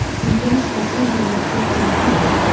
he finished the season with sixteen hits,